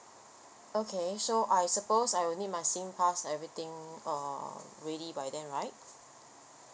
okay so I suppose I'll need my singpass everything err ready by then right